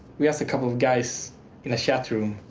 we're just a couple of guys in a chat room.